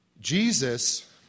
Jesus